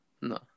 No